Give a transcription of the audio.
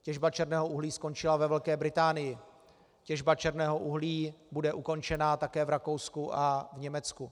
Těžba černého uhlí skončila ve Velké Británii, těžba černého uhlí bude ukončena také v Rakousku a v Německu.